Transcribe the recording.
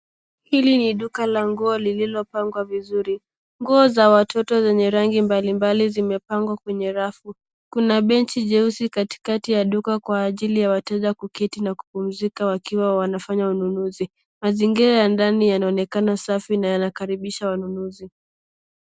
Hili ni duka la nguo lililopangwa vizuri. Nguo za watoto zenye rangi mbalimbali zimepangwa kwenye rafu. Kuna benchi jeusi katikati ya duka kwa ajili ya wateja kuketi na kupumzika wakiwa wanafanya ununuzi. Mazingira ya ndani yanaonekana safi na yanakaribisha wanunuzi.